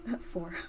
Four